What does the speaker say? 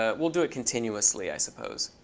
ah we'll do it continuously, i suppose.